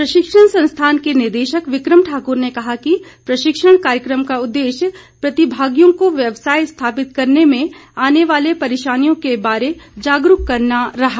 प्रशिक्षण संस्थान के निदेशक विक्रम ठाक्र ने कहा कि प्रशिक्षण कार्यक्रम का उददेश्य प्रतिभागियों को व्यवसाय स्थापित करने में आने वाले परेशानियों के बारे जागरूक करना रहा